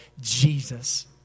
Jesus